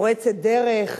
פורצת דרך.